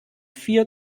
vier